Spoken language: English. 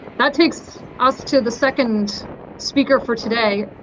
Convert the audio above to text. that takes us to the second speaker for today.